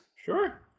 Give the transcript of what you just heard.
Sure